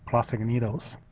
plastic needles.